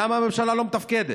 למה הממשלה לא מתפקדת?